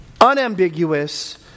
unambiguous